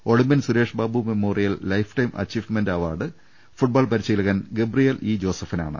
Olympian Sureshbabu memorial life time achievement award football പരിശീലകൻ Gabriel E ജോസഫിനാണ്